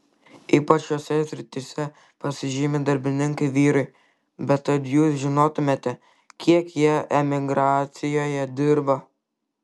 ypač šiose srityje pasižymi darbininkai vyrai bet kad jūs žinotumėte kiek jie emigracijoje dirba